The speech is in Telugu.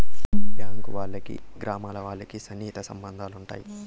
బ్యాంక్ వాళ్ళకి గ్రామాల్లో వాళ్ళకి సన్నిహిత సంబంధాలు ఉంటాయి